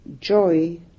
joy